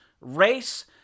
race